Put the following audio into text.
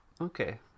Okay